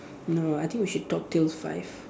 no I think we should talk till five